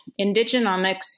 Indigenomics